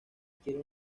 quiere